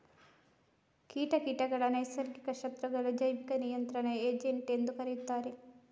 ಕೀಟ ಕೀಟಗಳ ನೈಸರ್ಗಿಕ ಶತ್ರುಗಳು, ಜೈವಿಕ ನಿಯಂತ್ರಣ ಏಜೆಂಟ್ ಎಂದೂ ಕರೆಯುತ್ತಾರೆ